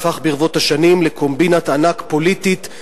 הפך ברבות השנים לקומבינת ענק פוליטית,